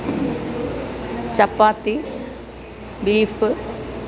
ചപ്പാത്തി beef